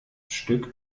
stück